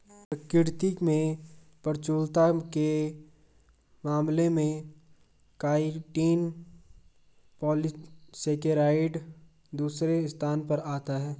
प्रकृति में प्रचुरता के मामले में काइटिन पॉलीसेकेराइड दूसरे स्थान पर आता है